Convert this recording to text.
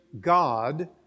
God